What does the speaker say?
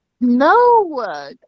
No